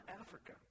Africa